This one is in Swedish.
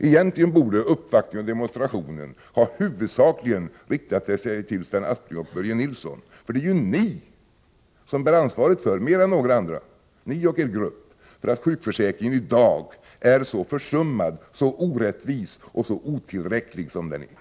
Egentligen borde uppvaktningen och demonstrationen huvudsakligen ha riktat sig till Sven Aspling och Börje Nilsson, för det är ju ni och er grupp mer än några andra som bär ansvaret för att sjukförsäkringen i dag är så försummad, så orättvis och så otillräcklig som den är.